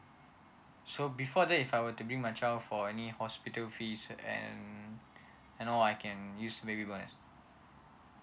so before that if I were to bring my child for any hospital fees and mm and all I can use baby bonus